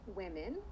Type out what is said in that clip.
women